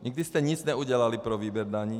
Nikdy jste nic neudělali pro výběr daní.